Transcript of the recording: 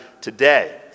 today